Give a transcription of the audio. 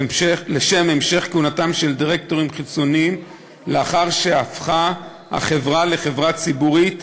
להמשך כהונתם של דירקטורים חיצוניים לאחר שהפכה החברה לחברה ציבורית,